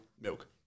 milk